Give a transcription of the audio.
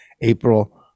April